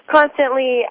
Constantly